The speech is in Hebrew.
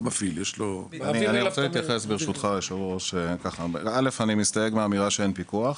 אדוני היושב-ראש, אני מסתייג מהאמירה שאין פיקוח.